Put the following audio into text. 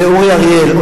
ואורי אריאל,